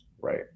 right